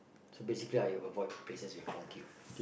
so basically I avoid places with long queue